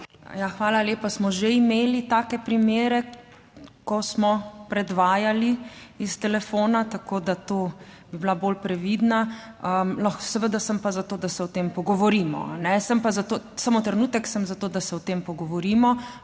hvala lepa. Smo že imeli take primere, ko smo predvajali iz telefona, tako, da to bi bila bolj previdna. Lahko..., seveda sem pa za to, da se o tem pogovorimo, sem pa za to, samo trenutek, sem za to, da se o tem pogovorimo,